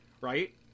right